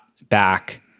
back